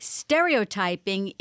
stereotyping